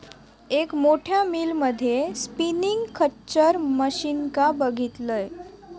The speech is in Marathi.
एक मोठ्या मिल मध्ये स्पिनींग खच्चर मशीनका बघितलंय